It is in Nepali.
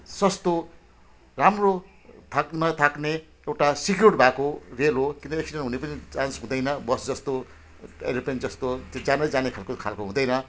सस्तो राम्रो थाक न थाक्ने एउटा सिक्योर्ड भएको रेल हो किनभने एक्सिडेन्ट हुने पनि चान्स हुँदैन बस जस्तो एरोप्लेन जस्तो त्यो जानै जानै खालको खालको हुँदैन